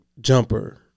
jumper